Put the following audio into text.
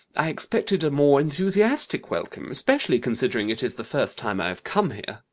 i expected a more enthusiastic welcome, especially considering it is the first time i have come here.